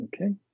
okay